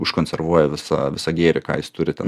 užkonservuoja visa visą gėrį ką jis turi ten